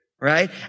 Right